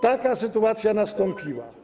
Taka sytuacja nastąpiła.